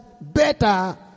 better